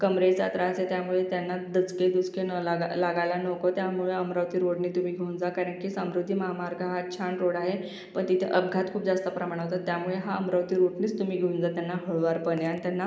कमरेचा त्रास आहे त्यामुळे त्यांना दचके दुचके न लागा लागायला नको त्यामुळे अमरावती रोडनी तुम्ही घेऊन जा कारण की समृद्धी महामार्ग हा छान रोड आहे पण तिथं अपघात खूप जास्त प्रमाणात होतात त्यामुळे हा अमरावती रूटनीच तुम्ही घेऊन जा त्यांना हळुवारपणे आणि त्यांना